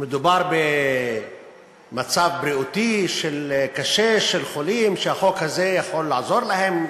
מדובר במצב בריאות קשה של חולים שהחוק הזה יכול לעזור להם,